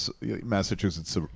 Massachusetts